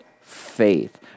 faith